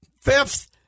fifth